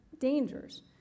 dangers